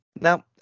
Now